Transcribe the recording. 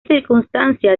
circunstancia